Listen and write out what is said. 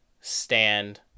stand